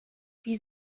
wie